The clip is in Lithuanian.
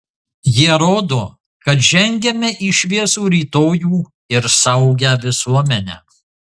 jie rodo kad žengiame į šviesų rytojų ir saugią visuomenę